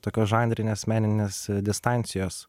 tokios žanrinės meninės distancijos